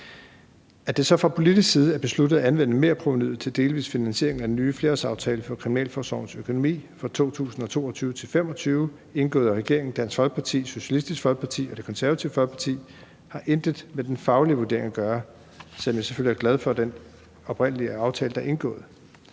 At det så fra politisk side er besluttet at anvende merprovenuet til delvis finansiering af den nye flerårsaftale for kriminalforsorgens økonomi for 2022 til 2025, indgået af regeringen, Dansk Folkeparti, Socialistisk Folkeparti og Det Konservative Folkeparti, har intet med den faglige vurdering at gøre, selv om jeg selvfølgelig er glad for den oprindelige aftale, der er indgået.